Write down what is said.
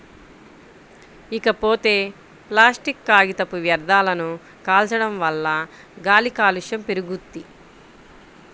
ఇకపోతే ప్లాసిట్ కాగితపు వ్యర్థాలను కాల్చడం వల్ల గాలి కాలుష్యం పెరుగుద్ది